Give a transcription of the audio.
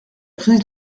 crise